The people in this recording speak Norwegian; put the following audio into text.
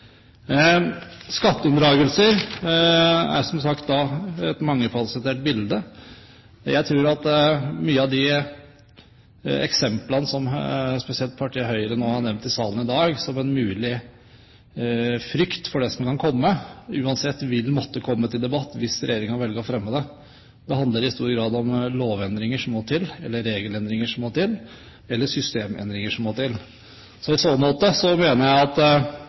er som sagt et mangefasettert bilde. Jeg tror at mange av de eksemplene som spesielt partiet Høyre nå har nevnt i salen i dag som en mulig frykt for det som kan komme, uansett vil måtte komme til debatt hvis regjeringen velger å fremme det. Det handler i stor grad om lovendringer som må til, eller regelendringer som må til, eller systemendringer som må til. Så i så måte mener jeg at det